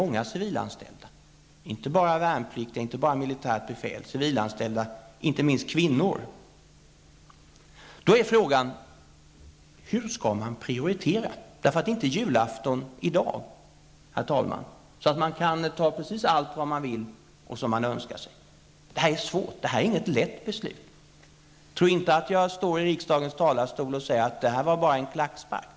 Där gäller det inte bara värnpliktiga och militärt befäl, utan civilanställda, inte minst kvinnor. Hur skall man prioritera? Det är inte julafton i dag, herr talman, så att man kan ta precis allt vad man vill ha och önskar sig. Detta är svårt. Det är inget lätt beslut. Tro inte att jag står i riksdagens talarstol och vill säga att detta bara var en klackspark.